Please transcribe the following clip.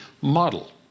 model